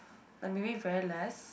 like maybe very less